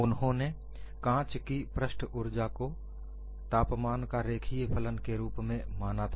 उन्होंने कांच की पृष्ठ ऊर्जा को तापमान के रेखीय फलन के रूप में माना था